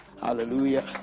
Hallelujah